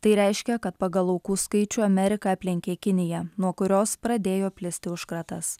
tai reiškia kad pagal aukų skaičių amerika aplenkė kiniją nuo kurios pradėjo plisti užkratas